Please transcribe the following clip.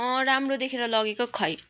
राम्रो देखेर लगेको खोइ